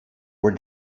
were